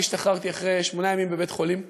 השתחררתי אחרי שמונה ימים בבית-חולים.